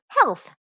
health